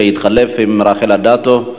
שהתחלף עם רחל אדטו.